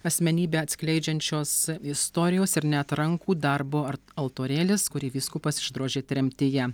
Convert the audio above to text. asmenybę atskleidžiančios istorijos ir net rankų darbo ar altorėlis kurį vyskupas išdrožė tremtyje